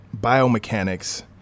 biomechanics